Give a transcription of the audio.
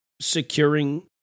securing